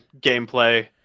gameplay